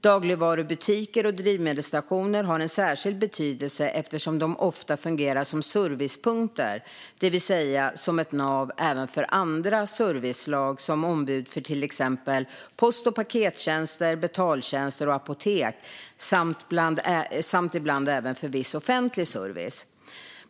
Dagligvarubutiker och drivmedelsstationer har en särskild betydelse eftersom de ofta fungerar som servicepunkter, det vill säga som ett nav även för andra serviceslag som ombud för till exempel post och pakettjänster, betaltjänster och apotek samt ibland även viss offentlig service.